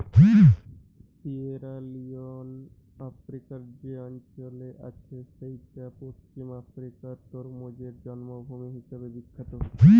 Sierra Leone আফ্রিকার যে অঞ্চলে আছে সেইটা পশ্চিম আফ্রিকার তরমুজের জন্মভূমি হিসাবে বিখ্যাত